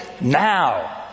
now